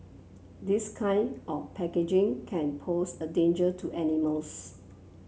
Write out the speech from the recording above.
this kind of packaging can pose a danger to animals